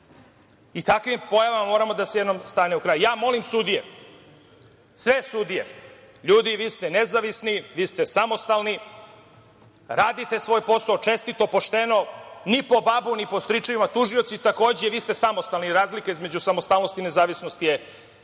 i takvim pojavama mora jednom da se stane u kraj. Ja molim sudije, sve sudije, ljudi, vi ste nezavisni, vi ste samostalni, radite svoj posao čestito, pošteno, ni po babu ni po stričevima, tužioci takođe. Vi ste samostalni, razlika između samostalnosti i nezavisnosti je prilično